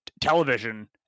television